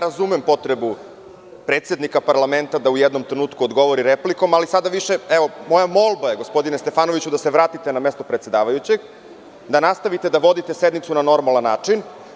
Razumem potrebu predsednika parlamenta da u jednom trenutku odgovori replikom, ali moja molba je, gospodine Stefanoviću, da se vratite na mesto predsedavajućeg, da nastavite da vodite sednicu na normalan način.